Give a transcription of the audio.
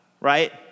right